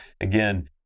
Again